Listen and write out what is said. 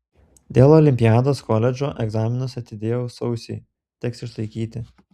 dėl olimpiados koledžo egzaminus atidėjau sausiui teks išlaikyti